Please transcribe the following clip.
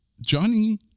Johnny